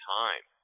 time